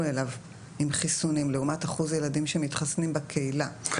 אליו עם חיסונים לעומת אחוז ילדים שמתחסנים בקהילה,